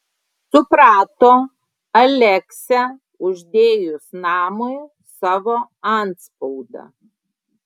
suprato aleksę uždėjus namui savo antspaudą